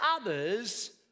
others